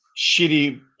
shitty